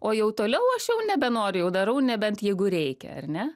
o jau toliau aš jau nebenoriu jau darau nebent jeigu reikia ar ne